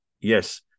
yes